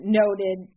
noted